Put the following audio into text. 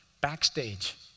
backstage